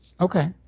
Okay